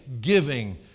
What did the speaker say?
giving